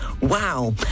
Wow